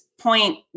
point